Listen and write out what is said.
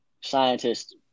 scientists